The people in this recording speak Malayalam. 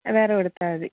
വേറെ കൊടുത്താൽ മതി